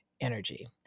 energy